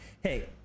hey